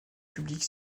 publique